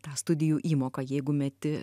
tą studijų įmoką jeigu meti